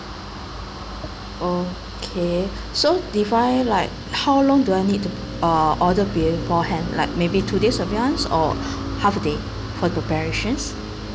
okay so did I like how long do I need to uh order beforehand like maybe two days in advance or half a day for preparations